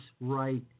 right